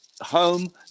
home